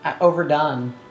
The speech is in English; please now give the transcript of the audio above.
Overdone